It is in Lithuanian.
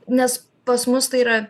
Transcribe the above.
nes pas mus tai yra